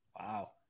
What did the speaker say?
Wow